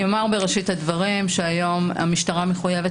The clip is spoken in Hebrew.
אני אומר בראשית הדברים שהיום המשטרה מחויבת